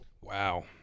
Wow